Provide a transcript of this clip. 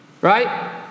right